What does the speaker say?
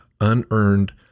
unearned